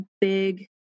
big